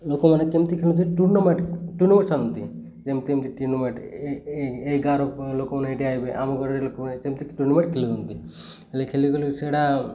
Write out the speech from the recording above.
ଲୋକମାନେ କେମିତି ଖେଳୁଥି ଟୁର୍ଣ୍ଣାମେଣ୍ଟ୍ ଟୁର୍ଣ୍ଣମେଣ୍ଟ ଆନ୍ତି ଯେମିତି ଏମିତି ଟୁର୍ଣ୍ଣମେଣ୍ଟ ଏଇ ଗାଁର ଲୋକମାନେ ଏଇଠି ଆଇବେ ଆମ ଗାଁରେ ଲୋକମାନେ ଯେମିତି ଟୁର୍ଣ୍ଣାମେଣ୍ଟ ଖେଳନ୍ତି ହେଲେ ଖେଳିଗଲେ ସେଇଟା